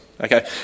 Okay